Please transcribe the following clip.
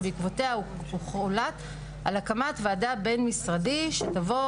שבעקבותיהם הוחלט על הקמת ועדה בין-משרדית שתבוא